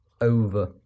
over